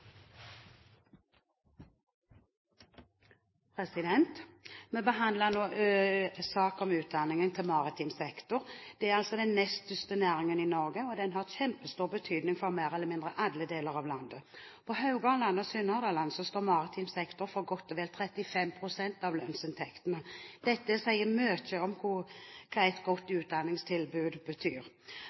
Vi behandler nå en sak om utdanning innen maritim sektor. Det er den nest største næringen i Norge, og den har kjempestor betydning for mer eller mindre alle deler av landet. På Haugalandet og i Sunnhordland står maritim sektor for godt og vel 35 pst. av lønnsinntektene. Dette sier mye om